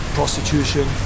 prostitution